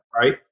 right